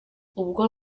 ubwo